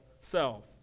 self